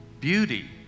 beauty